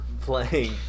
playing